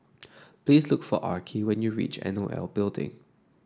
please look for Arkie when you reach N O L Building